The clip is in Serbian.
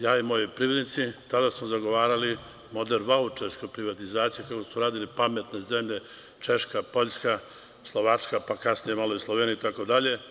Ja i moji privrednici tada smo zagovarali model vaučerske privatizacije, kako su radile pametne zemlje Češka, Poljska, Slovačka, pa kasnije malo i Slovenija, itd.